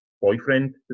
Boyfriend